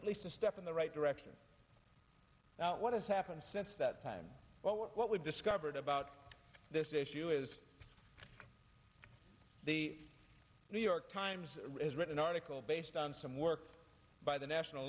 at least a step in the right direction what has happened since that time but what we've discovered about this issue is the new york times has written article based on some work by the national